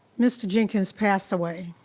mr. jenkins passed away,